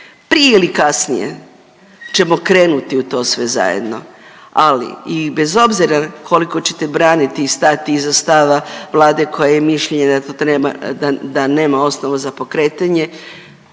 Prije ili kasnije ćemo krenuti u to sve zajedno, ali i bez obzira koliko ćete braniti i stati iza stava Vlade koja je mišljenja da to treba, da, da nema osnovu za pokretanje,